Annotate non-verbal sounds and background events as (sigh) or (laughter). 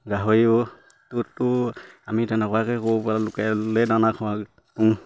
গাহৰিওটো আমি তেনেকুৱাকে (unintelligible) দানা খোৱা